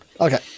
Okay